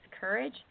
courage